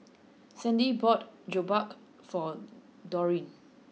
Sandi bought Jokbal for Dollie